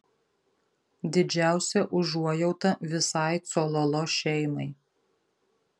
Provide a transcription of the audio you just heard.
didžiausia užuojauta visai cololo šeimai